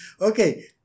Okay